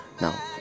now